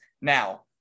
Now